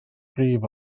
gryf